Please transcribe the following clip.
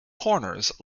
corners